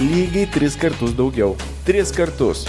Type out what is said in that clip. lygiai tris kartus daugiau tris kartus